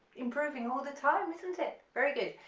improving all the time isn't it? very good,